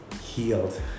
healed